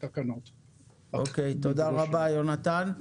אוקיי, תודה רבה, יונתן.